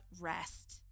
rest